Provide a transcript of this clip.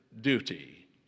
duty